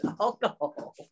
alcohol